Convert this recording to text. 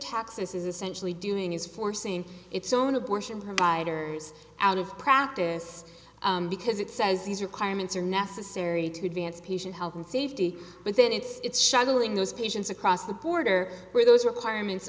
texas is essentially doing is forcing its own abortion providers out of practice because it says these requirements are necessary to advance patient health and safety but then it's shuttling those patients across the border where those requirements